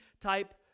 type